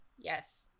Yes